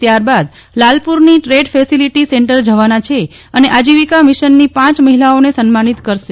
ત્યારબાદ લાલપુરની trade facility centre જવાના છે અને આજીવિકા મિશનની પ મહિલાઓને સન્માનિત કરશે